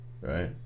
right